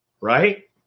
right